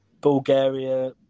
Bulgaria